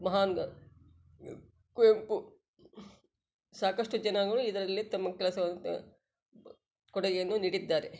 ಮಹಾನ್ ಕುವೆಂಪು ಸಾಕಷ್ಟು ಜನಗಳು ಇದರಲ್ಲಿ ತಮ್ಮ ಕೆಲಸವನ್ನು ಕೊಡುಗೆಯನ್ನು ನೀಡಿದ್ದಾರೆ